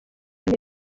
neza